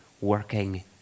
working